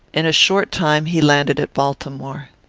in a short time he landed at baltimore.